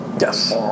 Yes